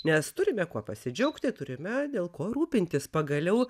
nes turime kuo pasidžiaugti turime dėl ko rūpintis pagaliau